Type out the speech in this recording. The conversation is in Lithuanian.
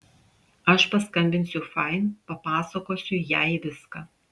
aš paskambinsiu fain papasakosiu jai viską